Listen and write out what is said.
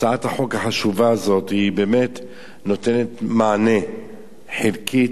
הצעת החוק החשובה הזאת באמת נותנת מענה חלקי.